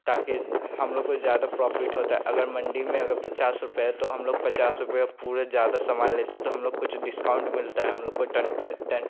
ताकि हम लोग को ज़्यादा प्रॉफिट होता है अगर मंडी में अगर पचास रुपये है तो हम लोग पचास रुपये पूरे ज़्यादा सामान लेते तो हम लोग को कुछ डिस्काउंट मिलता है हम लोग को टन पर टेन